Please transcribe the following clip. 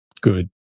Good